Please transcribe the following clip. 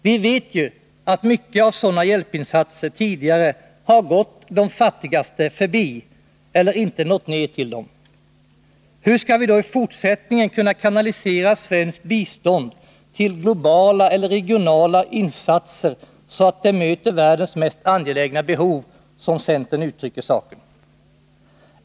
Vi vet ju att mycket av sådana hjälpinsatser tidigare har gått ”de fattigaste” förbi eller inte nått ner till dem. Hur skall vi då i fortsättningen kunna kanalisera svenskt bistånd till globala eller regionala insatser, så att det möter världens mest angelägna behov? På det sättet uttrycker ju centern saken.